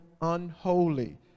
unholy